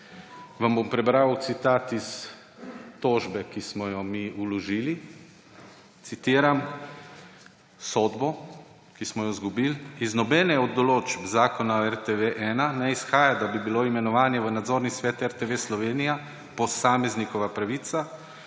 vam bom prebral citat iz tožbe, ki smo jo mi vložili, citiram sodbo, ki smo jo izgubili: »Iz nobene od določb Zakon o RTV-1 ne izhaja, da bi bilo imenovanje v nadzorni svet RTV Slovenija posameznikova pravica,